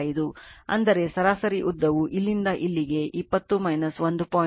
5 ಅಂದರೆ ಸರಾಸರಿ ಉದ್ದವು ಇಲ್ಲಿಂದ ಇಲ್ಲಿಗೆ 20 1